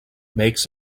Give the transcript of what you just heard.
makes